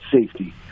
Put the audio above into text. safety